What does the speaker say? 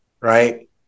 right